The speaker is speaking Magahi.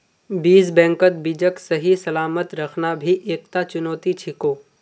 बीज बैंकत बीजक सही सलामत रखना भी एकता चुनौती छिको